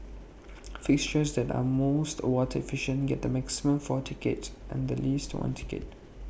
fixtures that are most water efficient get the maximum four ticks and the least one tick